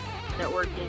networking